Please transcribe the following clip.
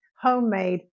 homemade